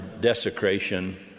desecration